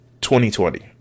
2020